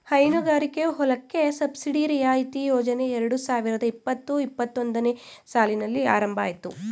ಹೈನುಗಾರಿಕೆ ಹೊಲಕ್ಕೆ ಸಬ್ಸಿಡಿ ರಿಯಾಯಿತಿ ಯೋಜನೆ ಎರಡು ಸಾವಿರದ ಇಪ್ಪತು ಇಪ್ಪತ್ತೊಂದನೇ ಸಾಲಿನಲ್ಲಿ ಆರಂಭ ಅಯ್ತು